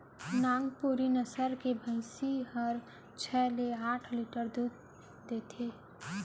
नागपुरी नसल के भईंसी हर छै ले आठ लीटर तक दूद देथे